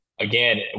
Again